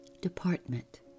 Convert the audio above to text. department